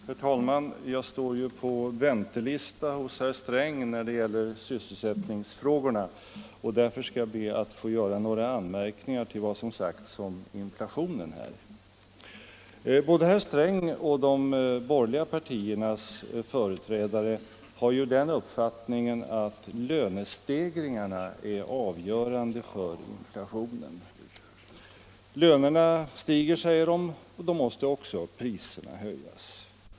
Herr talman! Jag står på väntelista hos herr Sträng när det gäller sysselsättningsfrågorna. Därför skall jag be att få göra några anmärkningar till vad som sagts här om inflationen. Både herr Sträng och de borgerliga partiernas företrädare har den uppfattningen att lönestegringarna är avgörande för inflationen. Lönerna stiger, säger de, och då måste också priserna höjas.